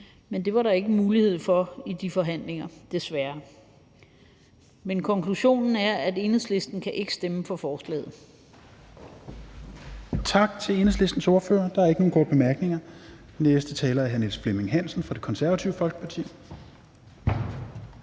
der desværre ikke mulighed for i de forhandlinger. Men konklusionen er, at Enhedslisten ikke kan stemme for forslaget.